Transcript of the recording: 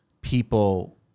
people